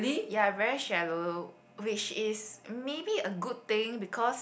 ya very shallow which is maybe a good thing because